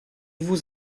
vous